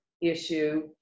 issue